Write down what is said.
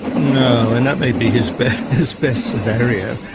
no, and that may be his best his best scenario,